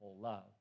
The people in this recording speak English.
love